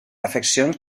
afeccions